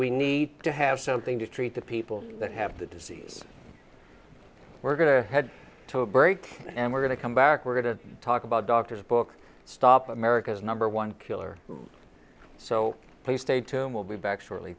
we need to have something to treat the people that have the disease we're going to head to a break and we're going to come back we're going to talk about doctor's book stop america's number one killer so will be back shortly